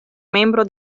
membro